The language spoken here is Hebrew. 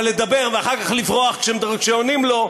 אבל לדבר ואחר כך לברוח כשעונים לו,